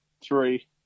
three